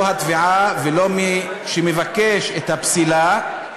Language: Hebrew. לא התביעה ולא מי שמבקש את הפסילה,